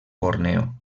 borneo